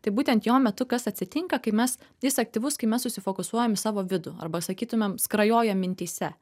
tai būtent jo metu kas atsitinka kai mes jis aktyvus kai mes susifokusuojam į savo vidų arba sakytumėm skrajojam mintyse